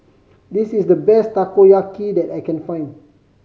this is the best Takoyaki that I can find